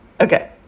Okay